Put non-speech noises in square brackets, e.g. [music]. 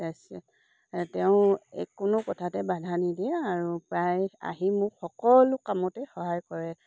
[unintelligible] তেওঁ এ কোনো কথাতে বাধা নিদিয়ে আৰু প্ৰায় আহি মোক সকলো কামতে সহায় কৰে